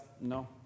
no